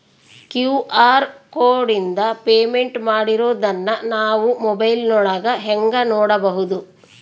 QR ಕೋಡಿಂದ payment ಮಾಡಿರೋದನ್ನ ನಾವು ಮೊಬೈಲಿನೊಳಗ ಹೆಂಗ ನೋಡಬಹುದು?